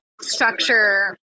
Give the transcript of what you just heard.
structure